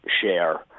share